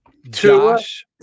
Josh